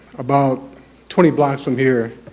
about twenty blocks from here.